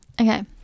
okay